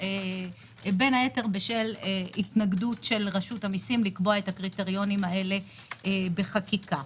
בין היתר בשל התנגדות רשות המיסים לקבוע קריטריונים אלה בחקיקה.